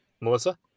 Melissa